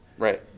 Right